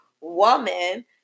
woman